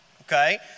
okay